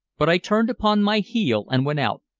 but i turned upon my heel and went out,